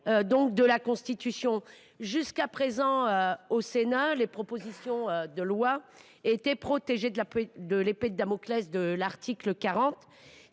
45 de la Constitution. Jusqu’à présent, au Sénat, les propositions de loi étaient protégées de l’épée de Damoclès de l’article 40.